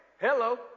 Hello